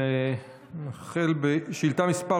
ונתחיל בשאילתה מס'